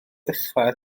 dechrau